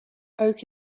oak